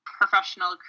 professional